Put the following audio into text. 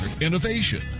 innovation